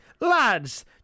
lads